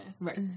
Right